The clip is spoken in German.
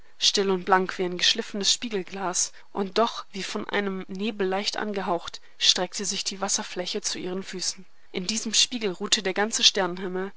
still und blank wie ein geschliffenes spiegelglas und doch wie von einem nebel leicht angehaucht streckte sich die wasserfläche zu ihren füßen in diesem spiegel ruhte der ganze